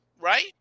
right